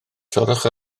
torrwch